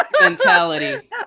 mentality